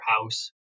house